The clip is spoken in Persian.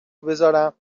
بذارم